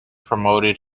promoted